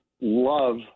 love